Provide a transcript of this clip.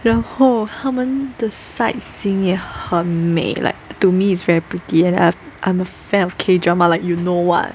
然后他们的 sightseeing 也很美 like to me is very pretty and as I'm a fan of K drama like you know what